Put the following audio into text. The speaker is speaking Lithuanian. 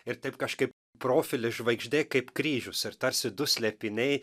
ir taip kažkaip profilis žvaigždė kaip kryžius ir tarsi du slėpiniai